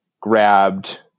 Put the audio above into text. grabbed